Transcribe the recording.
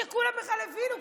שכולם בכלל הבינו,